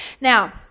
Now